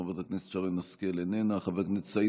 חבר הכנסת סמי אבו שחאדה,